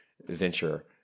venture